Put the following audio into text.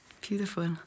Beautiful